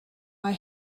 mae